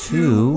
Two